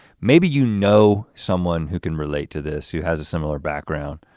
maybe you know someone who can relate to this who has a similar background.